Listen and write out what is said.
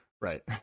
right